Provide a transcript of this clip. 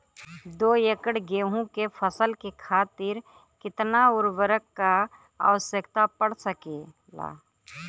दो एकड़ गेहूँ के फसल के खातीर कितना उर्वरक क आवश्यकता पड़ सकेल?